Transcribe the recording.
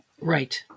Right